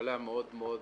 תקלה מאוד מאוד בעייתית: